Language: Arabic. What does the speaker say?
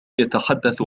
يتحدث